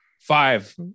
Five